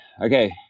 Okay